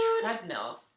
treadmill